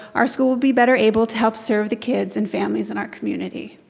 our school will be better able to help serve the kids and families in our community.